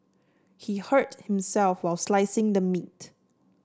he hurt himself while slicing the meat